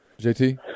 JT